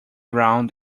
round